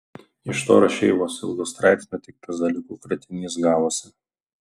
iš to rašeivos ilgo straipsnio tik pezaliukų kratinys gavosi